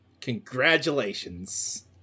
congratulations